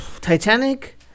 Titanic